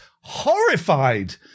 horrified